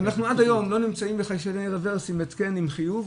אנחנו עד היום לא נמצאים בחיישני רוורסים עם התקן עם חיוב,